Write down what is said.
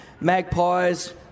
Magpies